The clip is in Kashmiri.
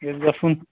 یہِ گژھِ گژھُن